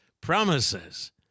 promises